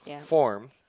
form